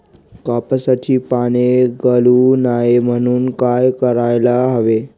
कापसाची पाने गळू नये म्हणून काय करायला हवे?